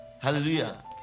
Hallelujah